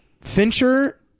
Fincher